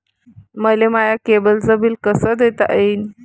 मले माया केबलचं बिल कस देता येईन?